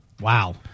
Wow